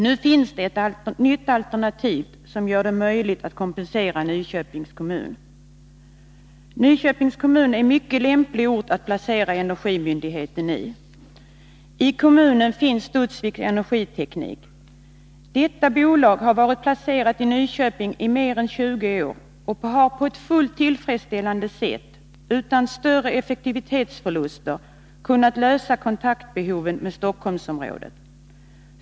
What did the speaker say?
Nu finns ett nytt alternativ, som gör det möjligt att kompensera Nyköpings kommun. Nyköpings kommun är en mycket lämplig plats att placera energimyndigheten i. I kommunen finns Studsvik Energiteknik AB. Detta bolag har varit placerat i Nyköping i mer än 20 år och har på ett fullt tillfredsställande sätt, utan större effektivitetsförluster, kunnat tillgodose behoven av kontakt med Stockholmsområdet.